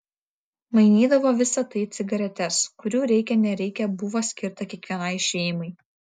mainydavo visa tai į cigaretes kurių reikia nereikia buvo skirta kiekvienai šeimai